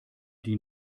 die